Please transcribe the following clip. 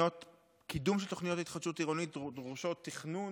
קידום של תוכניות התחדשות עירונית דורש תכנון,